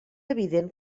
evident